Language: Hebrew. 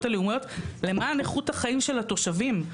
לאומיות למען איכות החיים של התושבים.